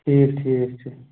ٹھیٖک ٹھیٖک چھُ